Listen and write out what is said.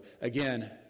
again